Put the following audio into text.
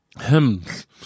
hymns